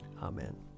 Amen